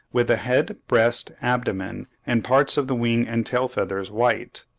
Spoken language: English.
with the head, breast, abdomen, and parts of the wings and tail-feathers white,